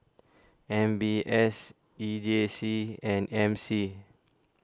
M B S E J C and M C